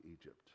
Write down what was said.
Egypt